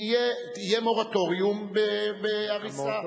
יהיה מורטוריום בהריסה,